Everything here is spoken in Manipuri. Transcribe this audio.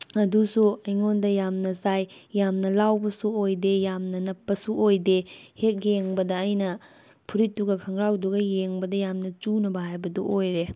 ꯑꯗꯨꯁꯨ ꯑꯩꯉꯣꯟꯗ ꯌꯥꯝꯅ ꯆꯥꯏ ꯌꯥꯝꯅ ꯂꯥꯎꯕꯁꯨ ꯑꯣꯏꯗꯦ ꯌꯥꯝꯅ ꯅꯞꯄꯁꯨ ꯑꯣꯏꯗꯦ ꯍꯦꯛ ꯌꯦꯡꯕꯗ ꯑꯩꯅ ꯐꯨꯔꯤꯠꯇꯨꯒ ꯈꯣꯡꯒ꯭ꯔꯥꯎꯗꯨꯒ ꯌꯦꯡꯕꯗ ꯌꯥꯝꯅ ꯆꯨꯅꯕ ꯍꯥꯏꯕꯗꯨ ꯑꯣꯏꯔꯦ